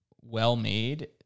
well-made